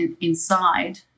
inside